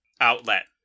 outlet